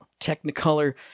Technicolor